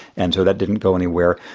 and so that didn't go anywhere.